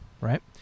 right